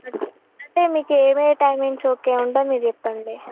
అంటే మీకు ఏమే టైమింగ్స్ ఓకే ఉంటాయో మీరు చెప్పండి